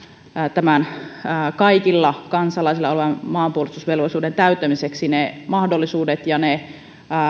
tämän kaikilla kansalaisilla olevan maanpuolustusvelvollisuuden täyttämiseksi ne mahdollisuudet ja ne